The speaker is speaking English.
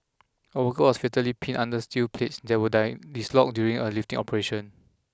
a worker was fatally pinned under steel plates that were dislodged during a lifting operation